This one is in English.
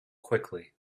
quickly